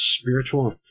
spiritual